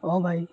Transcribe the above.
ହଁ ଭାଇ